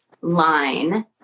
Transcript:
line